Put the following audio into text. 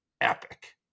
epic